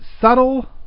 subtle